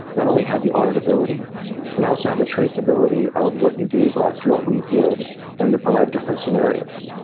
not only had the auditability and i also have the traceability of what you gave us, what we did and they provide different scenarios?